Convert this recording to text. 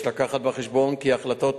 יש להביא בחשבון כי החלטות